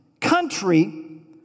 country